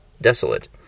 desolate